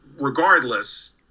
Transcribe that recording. regardless